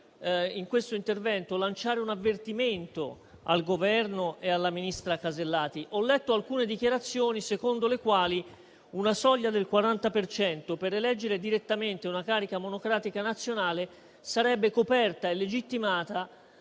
In questo intervento vorrei lanciare un avvertimento al Governo e alla ministra Alberti Casellati. Ho letto alcune dichiarazioni secondo le quali una soglia del 40 per cento per eleggere direttamente una carica monocratica nazionale sarebbe coperta e legittimata